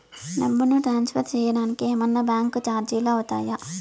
డబ్బును ట్రాన్స్ఫర్ సేయడానికి ఏమన్నా బ్యాంకు చార్జీలు అవుతాయా?